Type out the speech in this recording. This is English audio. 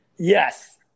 Yes